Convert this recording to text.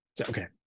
Okay